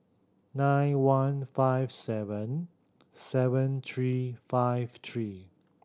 nine one five seven seven three five three